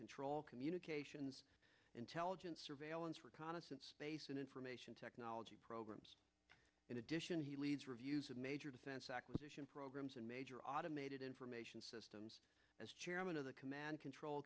control communications intelligence surveillance reconnaissance and information technology programs in addition he leads reviews of major defense acquisition programs in major automated information systems as chairman of the command control